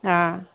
हॅं